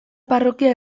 parrokia